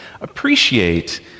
appreciate